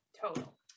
total